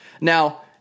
Now